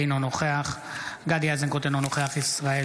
אינו נוכח גדי איזנקוט, אינו נוכח ישראל